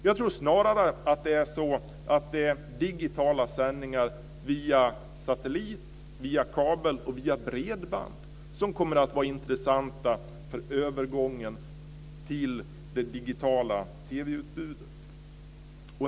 Jag tror snarare att det är digitala sändningar via satellit, kabel och bredband som kommer att vara intressanta för övergången till det digitala TV-utbudet.